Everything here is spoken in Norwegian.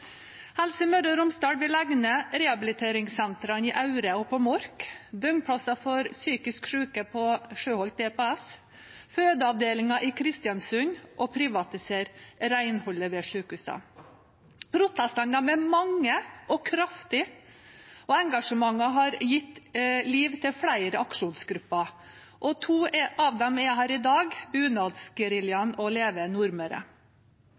Helse Møre og Romsdal vil legge ned rehabiliteringssentrene i Aure og på Mork, døgnplasser for psykisk syke på DPS Sjøholt og fødeavdelingen i Kristiansund, og de vil privatisere renholdet ved sykehusene. Protestene er mange og kraftige, og engasjementet har gitt liv til flere aksjonsgrupper. To av dem er her i dag, bunadsgeriljaen og Leve Nordmøre.